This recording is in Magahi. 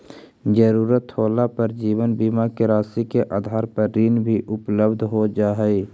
ज़रूरत होला पर जीवन बीमा के राशि के आधार पर ऋण भी उपलब्ध हो जा हई